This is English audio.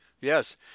Yes